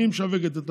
היא משווקת.